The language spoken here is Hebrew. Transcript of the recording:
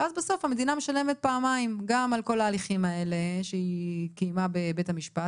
בסוף המדינה משלמת פעמיים: גם על ההליכים שהיא ניהלה בבתי המשפט,